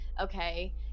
okay